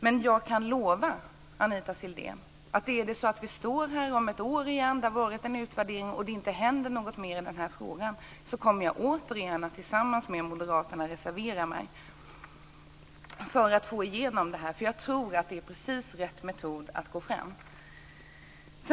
Men jag kan lova Anita Sidén att om vi står här om ett år igen, det har varit en utvärdering och det inte har hänt något mer i den här frågan, kommer jag återigen att tillsammans med moderaterna reservera mig för att få igenom detta. Jag tror att det är precis rätt metod att gå fram.